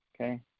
okay